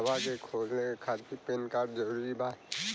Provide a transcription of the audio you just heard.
खतवा के खोले खातिर पेन कार्ड जरूरी बा?